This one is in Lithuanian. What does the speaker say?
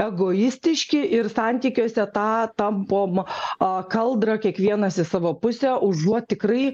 egoistiški ir santykiuose tą tampoma a kaldrą kiekvienas į savo pusę užuot tikrai